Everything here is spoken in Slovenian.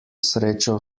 srečo